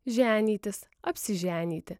ženytis apsiženyti